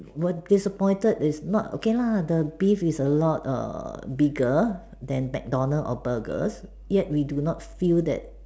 were disappointed is not okay lah the beef is a lot err bigger than MacDonald's or burgers yet we do not feel that